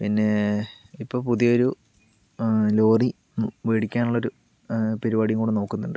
പിന്നെ ഇപ്പോൾ പുതിയൊരു ലോറി വേടിക്കാനുള്ളൊരു പരിപാടി കൂടെ നോക്കുന്നുണ്ട്